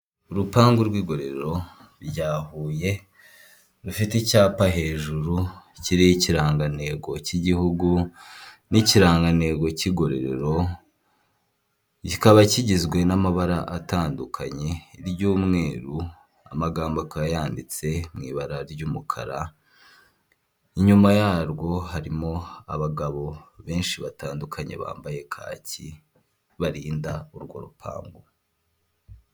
Ikinyabiziga gishinzwe gukora imihanda kiri mu busitani ndetse inyuma y'ubwo busitani hari inganda izo nganda zisize amabara y'umweru n'urundi rusize irangi ry'ibara ry'icyatsi ryerurutse izo nganda ziri ahitaruye.